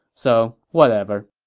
so whatever